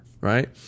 right